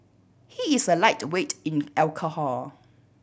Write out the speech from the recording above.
he is a lightweight in alcohol